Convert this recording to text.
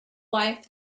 life